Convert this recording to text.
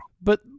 But-